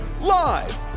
live